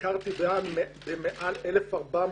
ביקרתי במעל 1,400